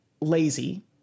lazy